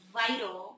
vital